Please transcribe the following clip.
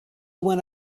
when